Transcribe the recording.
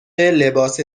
لباس